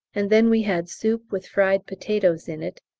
and then we had soup with fried potatoes in it!